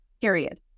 period